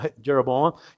Jeroboam